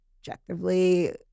objectively